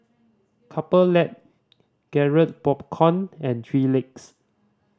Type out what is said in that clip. Couple Lab Garrett Popcorn and Three Legs